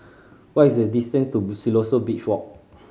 what is the distance to Siloso Beach Walk